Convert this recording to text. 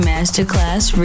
Masterclass